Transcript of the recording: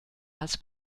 als